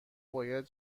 باید